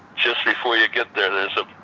just before you get there, there's a